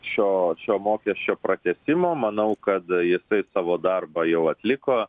šio šio mokesčio pratęsimo manau kad jisai savo darbą jau atliko